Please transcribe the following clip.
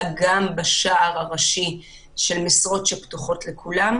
גם בשער הראשי של משרות שפתוחות לכולם,